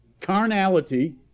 carnality